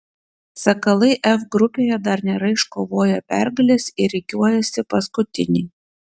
sakalai f grupėje dar nėra iškovoję pergalės ir rikiuojasi paskutiniai